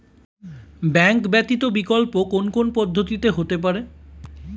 Bank ব্যতীত বিকল্প কোন কোন পদ্ধতিতে হতে পারে?